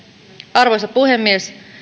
arvoisa puhemies